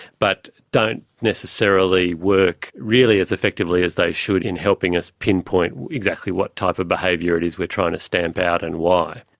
but don't necessarily work really as effectively as they should in helping us pinpoint actually what type of behaviour it is we're trying to stamp out and why.